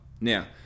now